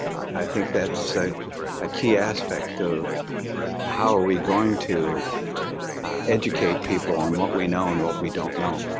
i think that's a key aspect of how are we going to educate people on what we know and what we don't know?